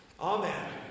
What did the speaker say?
Amen